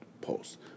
pulse